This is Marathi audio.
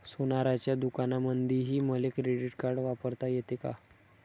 सोनाराच्या दुकानामंधीही मले क्रेडिट कार्ड वापरता येते का?